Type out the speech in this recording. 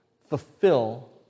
fulfill